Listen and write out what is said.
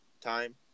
time